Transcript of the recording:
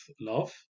love